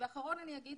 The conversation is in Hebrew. אחרון אני אומר,